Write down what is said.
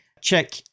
check